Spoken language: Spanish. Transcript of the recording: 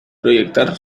proyectar